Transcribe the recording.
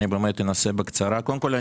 קודם כול,